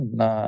na